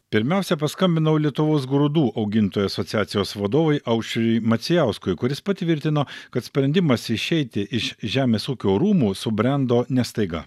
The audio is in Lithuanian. pirmiausia paskambinau lietuvos grūdų augintojų asociacijos vadovui aušriui macijauskui kuris patvirtino kad sprendimas išeiti iš žemės ūkio rūmų subrendo ne staiga